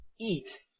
eat